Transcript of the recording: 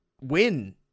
win